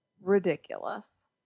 Ridiculous